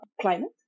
climate